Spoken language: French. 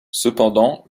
cependant